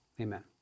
Amen